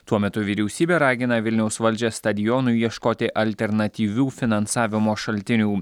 tuo metu vyriausybė ragina vilniaus valdžią stadionui ieškoti alternatyvių finansavimo šaltinių